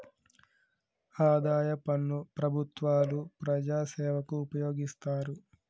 ఆదాయ పన్ను ప్రభుత్వాలు ప్రజాసేవకు ఉపయోగిస్తారు